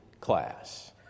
class